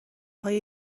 پای